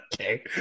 Okay